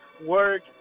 work